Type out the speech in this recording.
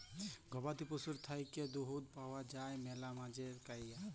গবাদি পশুর থ্যাইকে দুহুদ পাউয়া যায় ম্যালা ম্যালেজ ক্যইরে